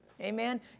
Amen